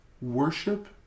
worship